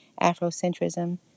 Afrocentrism